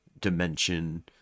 dimension